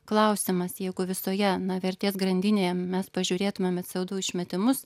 klausimas jeigu visoje vertės grandinėje mes pažiūrėtumėme cė o du išmetimus